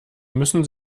müssen